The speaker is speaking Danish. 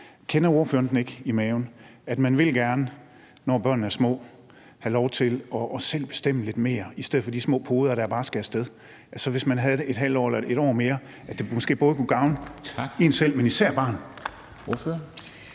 den fornemmelse i maven, at man gerne, når børnene er små, vil have lov til selv at bestemme lidt mere, i stedet for at de små poder bare skal af sted? Hvis man havde barnet et halvt år eller et år mere, kunne det måske gavne både en selv, men især barnet.